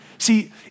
See